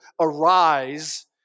arise